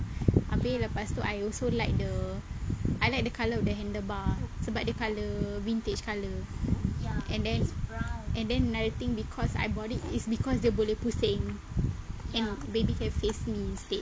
abeh lepas tu I also like the I like the colour of the handle bar sebab dia colour vintage colour ya and then another thing because I bought it is because dia boleh pusing and baby can face me instead